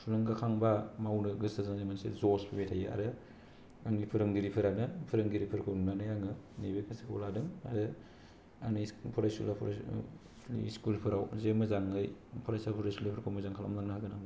थुलुंगाखांबा मावनो गोसो जानाय मोनसे जस फैबाय थायो आरो आंनि फोरोंगिरिफोरानो फोरोंगिरिफोरखौ नुनानै आङो नैबे फेसलाखौ लादों आरो आंनि फरायसुला फरायसुलिफोर नि स्लकुफोराव जे मोजाङै फरायसुला फरायसुलिफोरखौ मोजां खालाम लांनो हागोन आं